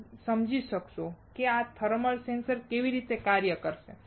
તમે સમજી શકશો કે આ થર્મલ સેન્સર કેવી રીતે કાર્ય કરશે